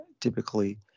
Typically